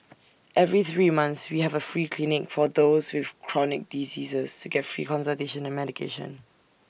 every three months we have A free clinic for those with chronic diseases to get free consultation and medication